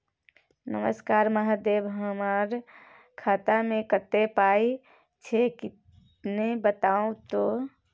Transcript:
नमस्कार महोदय, हमर खाता मे कत्ते पाई छै किन्ने बताऊ त?